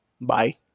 Bye